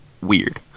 Weird